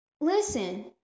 listen